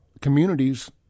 communities